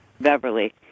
Beverly